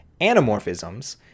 anamorphisms